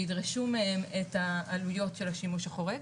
שידרשו מהם את העלויות של השימוש החורג.